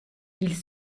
ils